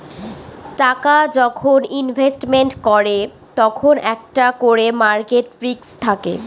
টাকা যখন ইনভেস্টমেন্ট করে তখন একটা করে মার্কেট রিস্ক থাকে